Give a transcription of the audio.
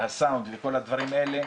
הסאונד וכל הדברים האלה,